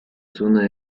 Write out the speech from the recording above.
zona